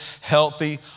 healthy